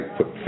put